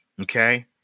Okay